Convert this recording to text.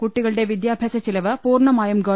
കുട്ടികളുടെ വിദ്യാഭ്യാസ ചെലവ് പൂർണ്ണമായും ഗവ